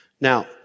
Now